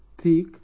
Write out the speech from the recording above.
thick